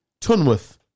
Tunworth